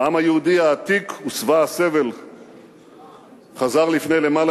העם היהודי העתיק ושבע הסבל חזר לפני למעלה